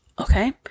Okay